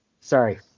Sorry